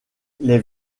les